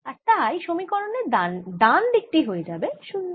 আর তাই সমীকরণের ডান দিক টি হয়ে যাবে শূন্য